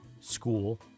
school